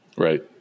right